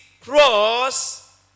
cross